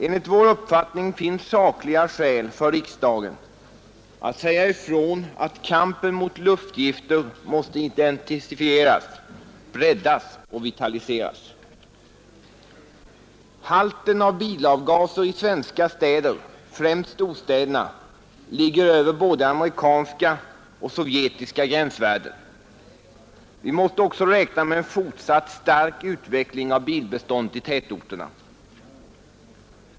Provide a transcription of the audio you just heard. Enligt vår uppfattning finns sakliga skäl för riksdagen att säga ifrån att kampen mot luftgifter måste intensifieras, breddas och vitaliseras. Halten av bilavgaser i svenska städer, främst storstäderna, ligger över både amerikanska och sovjetiska gränsvärden. Vi måste också räkna med en fortsatt stark utveckling av bilbeståndet i tätorterna.